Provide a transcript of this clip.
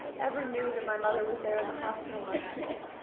ever knew that my mother was there in the hospital on that day.